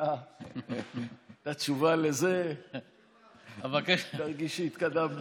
כשנדע את התשובה לזה נרגיש שהתקדמנו.